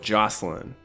Jocelyn